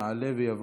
יעלה ויבוא.